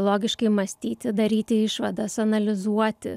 logiškai mąstyti daryti išvadas analizuoti